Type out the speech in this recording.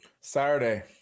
Saturday